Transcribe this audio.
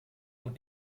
und